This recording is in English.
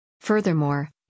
Furthermore